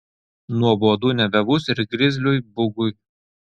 nuobodu nebebus ir grizliui bugui